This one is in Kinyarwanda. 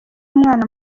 umwana